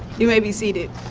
you may be seated.